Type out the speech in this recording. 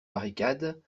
barricades